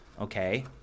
Okay